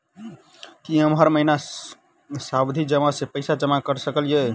की हम हर महीना सावधि जमा सँ पैसा जमा करऽ सकलिये?